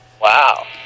Wow